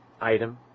item